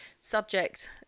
subject